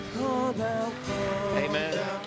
Amen